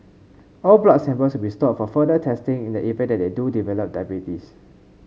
all blood samples be stored for further testing in the event that they do develop diabetes